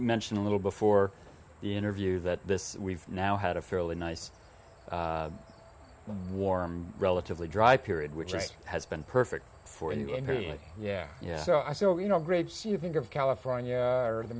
mention a little before the interview that this we've now had a fairly nice warm relatively dry period which has been perfect for you and here yeah yeah you know grapes you think of california or the